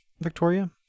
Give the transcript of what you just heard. Victoria